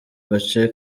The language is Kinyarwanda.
gace